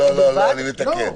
אני מתקן.